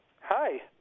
Hi